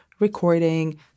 recording